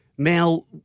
Mel